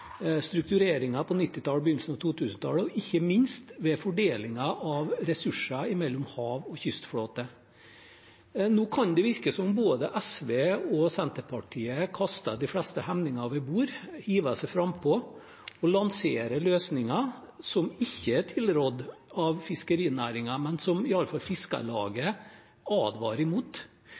på 1990-tallet og begynnelsen av 2000-tallet og ikke minst ved fordelingen av ressurser mellom hav- og kystflåte. Nå kan det virke som om både SV og Senterpartiet kaster de fleste hemninger over bord, hiver seg frampå og lanserer løsninger som ikke er tilrådd av fiskerinæringen, og som iallfall Fiskarlaget advarer imot.